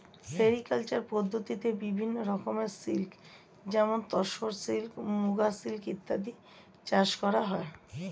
sericulture পদ্ধতিতে বিভিন্ন রকমের সিল্ক যেমন তসর সিল্ক, মুগা সিল্ক ইত্যাদি চাষ করা হয়